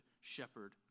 shepherd